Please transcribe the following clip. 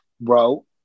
bro